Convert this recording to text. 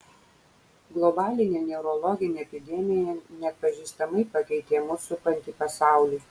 globalinė neurologinė epidemija neatpažįstamai pakeitė mus supantį pasaulį